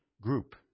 group